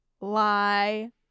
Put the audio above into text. lie